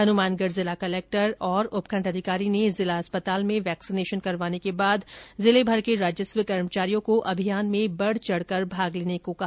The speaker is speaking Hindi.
हनुमानगढ़ जिला कलेक्टर और उपखंड अधिकारी ने जिला अस्पताल में वैक्सीनेशन करवाने के बाद जिले भर के राजस्व कर्मचारियों को अभियान में बढ़ चढ़कर भाग लेने को कहा